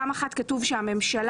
פעם אחת כתוב שהממשלה,